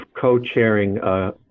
co-chairing